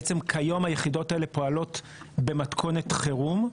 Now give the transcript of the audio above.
בעצם כיום היחידות האלה פועלות במתכונת חירום,